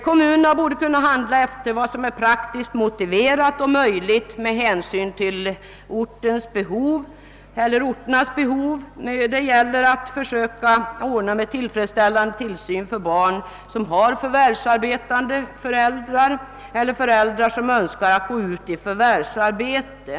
Kommunerna borde kunna handla med tanke på vad som är praktiskt motiverat och möjligt med hänsyn till orternas behov när det gäller att ordna med tillfredsställande tillsyn för barn som har förvärvsarbetande föräldrar eller föräldrar som önskar gå ut i förvärvsarbetet.